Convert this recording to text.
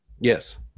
Yes